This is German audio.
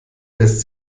lässt